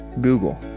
Google